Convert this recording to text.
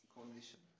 condition